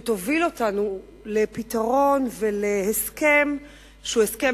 שתוביל אותנו לפתרון ולהסכם שהוא הסכם